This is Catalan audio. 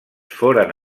foren